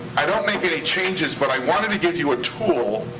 i don't make any changes, but i wanted to give you a tool.